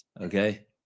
Okay